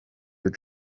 your